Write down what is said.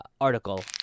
article